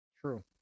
True